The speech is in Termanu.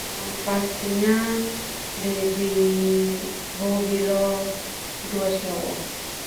Lebih hobi leo duas nou.